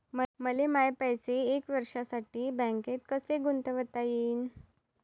मले माये पैसे एक वर्षासाठी बँकेत कसे गुंतवता येईन?